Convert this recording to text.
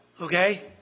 okay